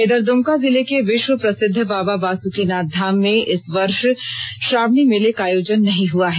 इधर दुमका जिले के विश्व प्रसिद्ध बाबा बासुकिनाथ धाम में इस वर्ष श्रावणी मेले का आयोजन नहीं हुआ है